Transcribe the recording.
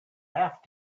have